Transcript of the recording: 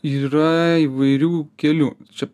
yra įvairių kelių čia